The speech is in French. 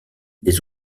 des